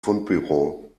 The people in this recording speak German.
fundbüro